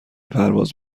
پرواز